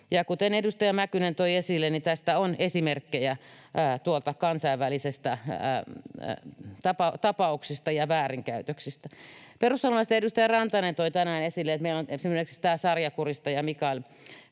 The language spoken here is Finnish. Kuten edustaja Mäkynen toi esille, tästä on esimerkkejä väärinkäytöksistä kansainvälisistä tapauksista. Perussuomalaisten edustaja Rantanen toi tänään esille, että meillä on esimerkiksi tämä sarjakuristaja Michael